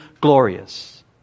glorious